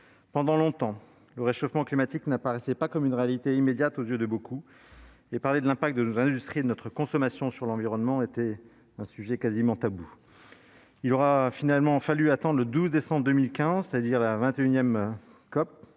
Pendant longtemps, le réchauffement climatique n'apparaissait pas comme une réalité immédiate aux yeux de beaucoup et parler de l'impact de nos industries et de notre consommation sur l'environnement était presque un tabou. Il aura finalement fallu attendre le 12 décembre 2015, c'est-à-dire la vingt